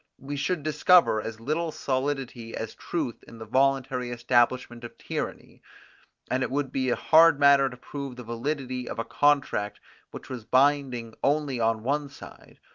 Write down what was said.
we should discover as little solidity as truth in the voluntary establishment of tyranny and it would be a hard matter to prove the validity of a contract which was binding only on one side,